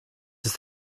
ist